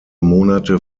monate